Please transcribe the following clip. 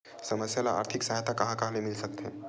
समस्या ल आर्थिक सहायता कहां कहा ले मिल सकथे?